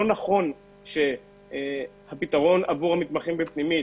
לא נכון שהפתרון עבור המתמחים בפנימית,